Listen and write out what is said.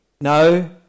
No